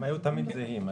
הם היו תמיד זהים.